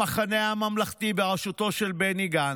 המחנה הממלכתי בראשותו של בני גנץ,